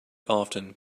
often